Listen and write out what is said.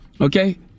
Okay